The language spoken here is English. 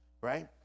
right